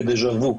בדה-ז'ה-וו.